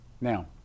Now